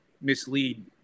mislead